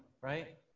right